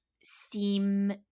seem